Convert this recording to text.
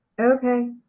Okay